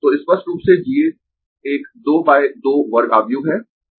तो स्पष्ट रूप से G A एक 2 बाय 2 वर्ग आव्यूह है